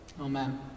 Amen